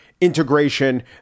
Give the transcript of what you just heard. integration